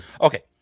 Okay